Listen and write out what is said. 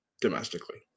domestically